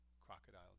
Crocodile